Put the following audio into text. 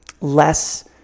less